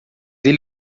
ele